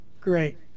Great